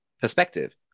perspective